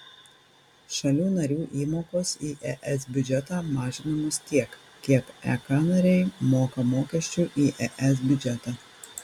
šalių narių įmokos į es biudžetą mažinamos tiek kiek ek nariai moka mokesčių į es biudžetą